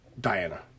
Diana